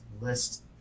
list